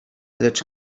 lecz